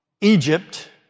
Egypt